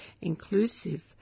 inclusive